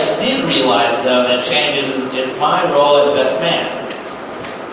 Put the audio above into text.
did realize, though, that changes, is my role as best man